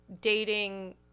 dating